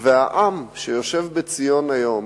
העם שיושב בציון היום,